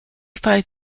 five